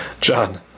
John